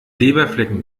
leberflecken